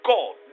God